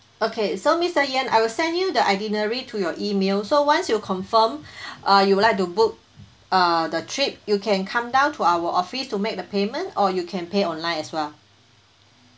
okay so mister yen I will send you the itinerary to your email so once you confirm uh you would like to book uh the trip you can come down to our office to make the payment or you can pay online as well